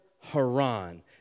Haran